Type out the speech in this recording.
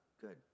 Good